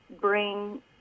bring